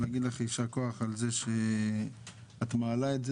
להגיד לך יישר כח על זה שאת מעלה את זה